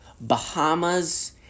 bahamas